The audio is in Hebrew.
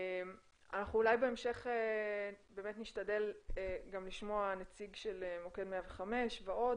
בהמשך נשתדל לשמוע נציג של מוקד 105 ועוד.